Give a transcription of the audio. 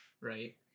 right